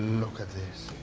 look at this,